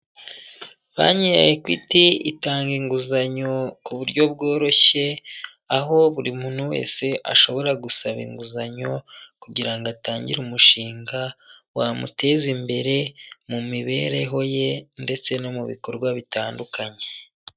Banki ya Equity itanga inguzanyo ku buryo bworoshye, aho buri muntu wese ashobora gusaba inguzanyo, kugira ngo atangire umushinga wamuteza imbere mu mibereho ye ndetse no mu bikorwa bitandukanye.